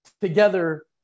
together